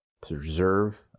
preserve